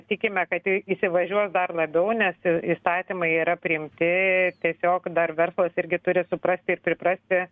tikime kad į įsivažiuos dar labiau nes įstatymai yra priimti tiesiog dar verslas irgi turi suprasti ir priprasti